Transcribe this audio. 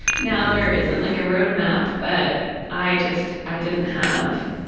now there isn't like a roadmap, but i just, i didn't have,